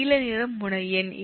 நீலநிறம் முனை எண்